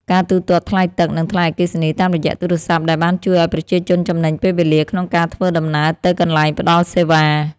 ការទូទាត់ថ្លៃទឹក និងថ្លៃអគ្គិសនីតាមរយៈទូរស័ព្ទដៃបានជួយឱ្យប្រជាជនចំណេញពេលវេលាក្នុងការធ្វើដំណើរទៅកន្លែងផ្តល់សេវា។